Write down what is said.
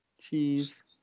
cheese